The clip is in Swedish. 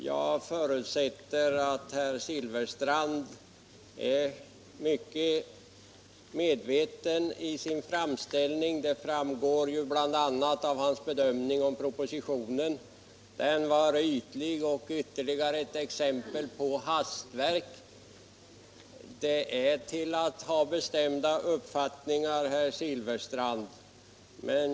Jag förutsätter att herr Silfverstrand är mycket medveten i sin framställning — det framgår bl.a. av hans bedömning av propositionen: den var ytlig och ytterligare ett exempel på hastverk, ansåg han. Det är till att ha bestämda uppfattningar, herr Silfverstrand!